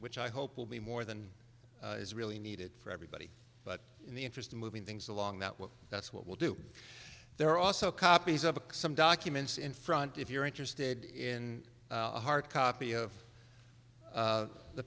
which i hope will be more than is really needed for everybody but in the interest of moving things along that will that's what we'll do there also copies of a some documents in front if you're interested in a hard copy of